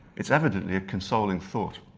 it's evidently a consoling thought.